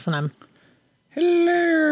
Hello